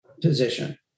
position